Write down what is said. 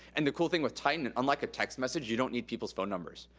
and the cool thing with titan, and unlike a text message, you don't need people's phone numbers.